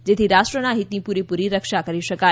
જેથી રાષ્ટ્રના હિતની પુરેપુરી રક્ષા કરી શકાય